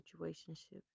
situationship